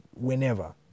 whenever